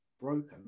broken